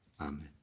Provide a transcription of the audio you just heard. amen